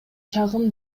чагым